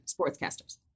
sportscasters